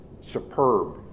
superb